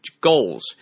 goals